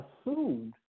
assumed